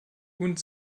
und